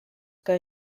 que